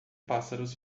pássaros